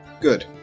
Good